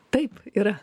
taip yra